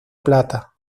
plata